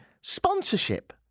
Sponsorship